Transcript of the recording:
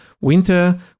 winter